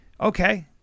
Okay